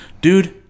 Dude